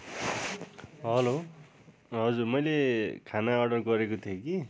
hello हजुर मैले खाना अर्डर गरेको थिएँ कि